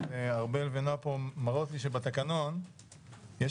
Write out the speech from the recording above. אז ארבל ונועה פה מראות לי שבתקנון יש